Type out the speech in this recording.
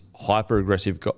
hyper-aggressive